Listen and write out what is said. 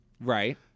right